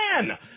man